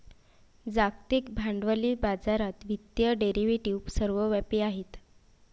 जागतिक भांडवली बाजारात वित्तीय डेरिव्हेटिव्ह सर्वव्यापी आहेत